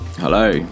Hello